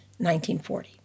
1940